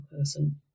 person